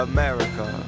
America